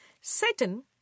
Satan